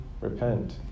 repent